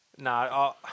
No